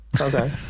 Okay